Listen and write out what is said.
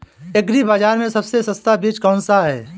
Agree बाज़ार में सबसे सस्ता बीज कौनसा है?